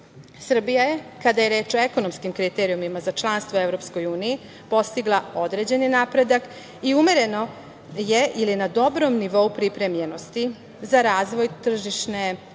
Srbija je, kada je reč o ekonomskim kriterijumima za članstvo u EU, postigla određeni napredak i umereno je ili na dobrom nivou pripremljenosti za razvoj tržišne ekonomije,